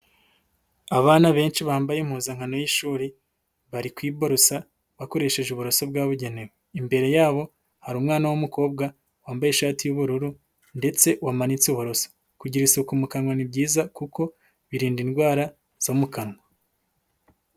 Abana benshi bambaye impuzankano y'ishuri bari kwiborosa bakoresheje uburaso bwabugenewe. Imbere yabo hari umwana w'umukobwa wambaye ishati y'ubururu ndetse wamanitse uburoso. Kugira isuku mu kanwa ni byiza kuko birinda indwara zo mu kanwa.